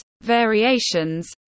variations